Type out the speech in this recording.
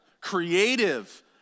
creative